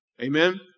Amen